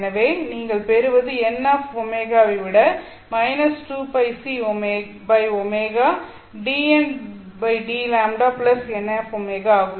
எனவே நீங்கள் பெறுவதுnω ஐ விட 2πcω dndλ nω ஆகும்